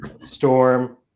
Storm